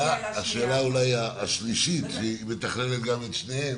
השאלה השלישית שמתכללת את שתיהן